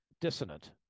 dissonant